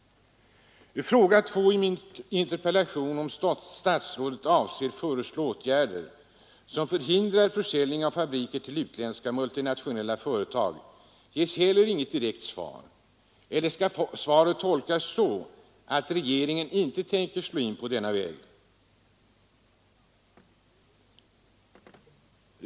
På fråga nr 2 i min interpellation, om statsrådet avser att föreslå åtgärder som förhindrar försäljning av företag till utländska multinationella företag, ges heller inget direkt svar. Eller skall svaret tolkas så, att regeringen inte tänker slå in på denna väg?